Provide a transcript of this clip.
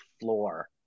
floor